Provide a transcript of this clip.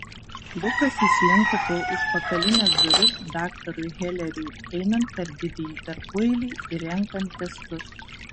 lukas įslinko pro užpakalines duris daktarui heleriui einant per didįjį tarpueilį ir renkant testus